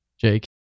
Jake